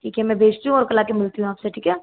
ठीक है मैं भेजती हूँ और कल आ के मिलती हूँ आपसे ठीक है